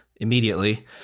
immediately